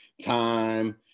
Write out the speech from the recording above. time